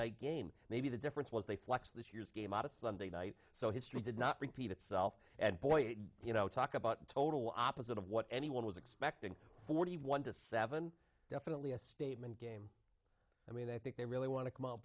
night game maybe the difference was they flexed this year's game out of sunday night so history did not repeat itself and boy you know talk about total opposite of what anyone was expecting forty one to seven definitely a statement game i mean i think they really want to